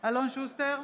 אלון שוסטר,